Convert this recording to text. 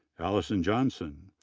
allison johnson,